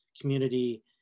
community